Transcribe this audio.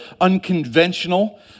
unconventional